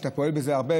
שאתה פועל בזה הרבה,